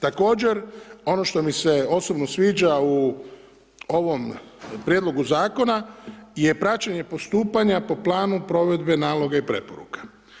Također, ono što mi se osobno sviđa u ovom Prijedlogu zakona je praćenje postupanja po Planu provedbe, naloga i preporuka.